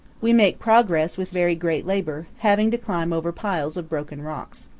we make progress with very great labor, having to climb over piles of broken rocks.